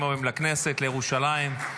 לכנסת, לירושלים.